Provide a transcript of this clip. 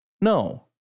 No